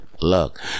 look